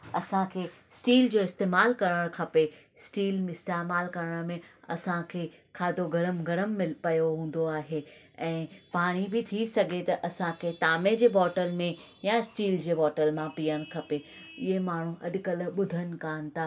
असांखे स्टील जो इस्तेमालु करणु खपे स्टील में इस्तेमालु करण में असांखे खाधो गरम गरम मिल पियो हूंदो आहे ऐं पाणी बि थी सघे त असांखे ताम्बे जे बोटल में या स्टील जे बोटल मां पियण खपे हीअ माण्हूं अॾुकल्ह ॿुधनि कोन्ह था